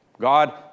God